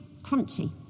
crunchy